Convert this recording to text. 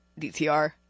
DTR